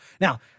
Now